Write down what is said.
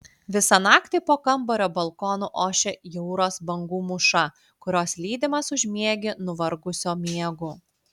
visą naktį po kambario balkonu ošia jūros bangų mūša kurios lydimas užmiegi nuvargusio miegu